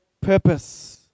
purpose